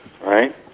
right